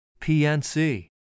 PNC